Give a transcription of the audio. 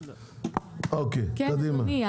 אדוני,